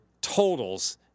totals –